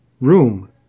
room